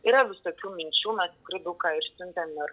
yra visokių minčių mes tikrai daug ką ir siuntėm ir